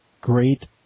great